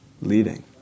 leading